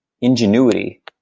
ingenuity